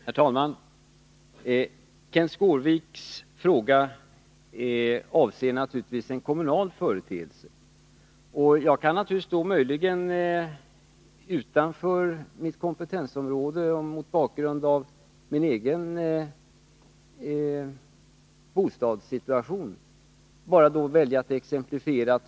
Herr talman! Kenth Skårviks fråga avser naturligtvis en kommunal företeelse. Jag kan då utanför mitt kompetensområde och mot bakgrund av min egen bostadssituation anföra ett exempel.